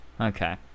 Okay